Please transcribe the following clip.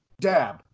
Dab